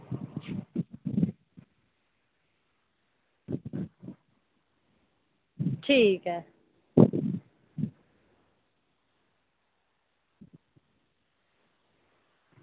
ठीक ऐ